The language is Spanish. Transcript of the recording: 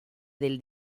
del